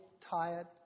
tired